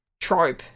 trope